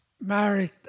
married